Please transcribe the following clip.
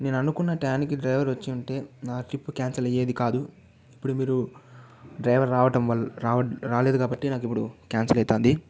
నేను అనుకున్న టయానికి డ్రైవర్ వచ్చి ఉంటే నా ట్రిప్ క్యాన్సిల్ అయ్యేది కాదు ఇప్పుడు మీరు డ్రైవర్ రావటం వల్ల రాలేదు కాబట్టి నాకు ఇప్పుడు క్యాన్సిల్ అయితాంది